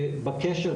ובקשר,